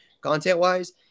content-wise